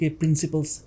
principles